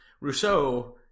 Rousseau